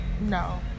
no